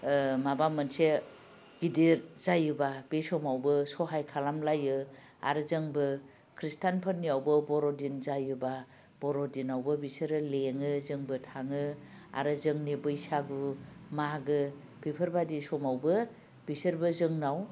माबा मोनसे गिदिर जायोब्ला बे समावबो सहाय खालाम लायो आरो जोंबो खृष्टानफोरनियावबो बर'दिन जायोब्ला बर'दिनावबो बिसोरो लिङो जोंबो थाङो आरो जोंनि बैसागु मागो बेफोरबादि समावबो बिसोरबो जोंनाव